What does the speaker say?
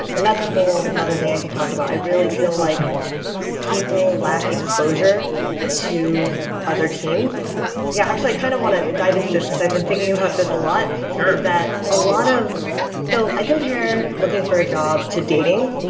and that's a whole another thing i can talk about. i really feel like people lack exposure to other teams yeah, actually i kind of want to dive into this because i've been thinking about this a lot is that a lot of so i compare looking for a job to dating.